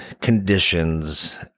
conditions